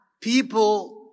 people